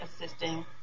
assisting